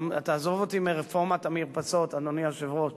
תעזוב אותי מרפורמת המרפסות, אדוני היושב-ראש,